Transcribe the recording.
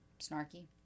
Snarky